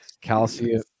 calcium